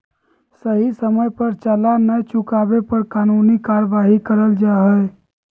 सही समय पर चालान नय चुकावे पर कानूनी कार्यवाही करल जा हय